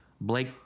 Blake